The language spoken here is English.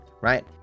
right